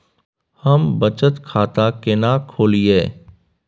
हम बचत खाता केना खोलइयै?